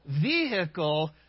vehicle